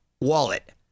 wallet